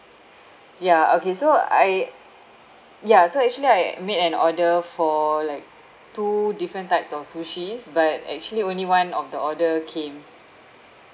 ya okay so I ya so actually I made an order for like two different types of sushis but actually only one of the order came